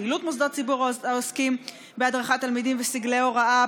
פעילות מוסדות ציבור העוסקים בהדרכת תלמידים וסגלי הוראה,